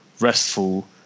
restful